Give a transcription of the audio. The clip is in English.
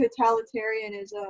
totalitarianism